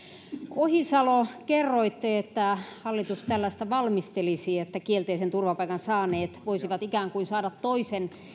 ohisalo kerroitte että hallitus tällaista valmistelisi että kielteisen turvapaikan saaneet voisivat ikään kuin saada toisen